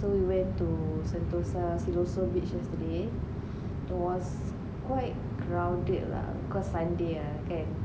so we went to sentosa siloso beach yesterday was quite crowded lah cause sunday ah kan